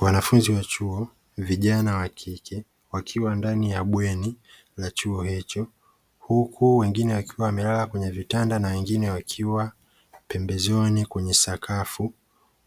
Wanafunzi wa chuo vijana wa kike, wakiwa ndani ya bweni la chuo hicho, huku wengine wakiwa wamelala kwenye vitanda na wengine wakiwa pembezoni kwenye sakafu,